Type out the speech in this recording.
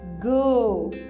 Go